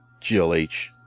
GLH